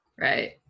Right